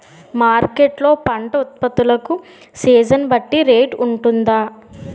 Market లొ పంట ఉత్పత్తి లకు సీజన్ బట్టి రేట్ వుంటుందా?